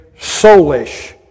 soulish